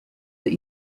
that